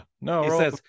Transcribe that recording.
no